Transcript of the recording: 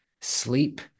sleep